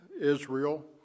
Israel